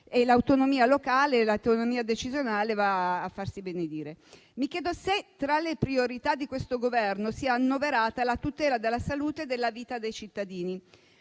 l'autonomia locale e l'autonomia decisionale vanno a farsi benedire. Mi chiedo se tra le priorità di questo Governo sia annoverata la tutela della salute e della vita dei cittadini.